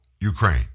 Ukraine